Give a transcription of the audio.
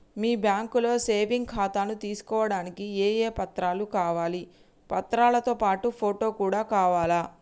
మీ బ్యాంకులో సేవింగ్ ఖాతాను తీసుకోవడానికి ఏ ఏ పత్రాలు కావాలి పత్రాలతో పాటు ఫోటో కూడా కావాలా?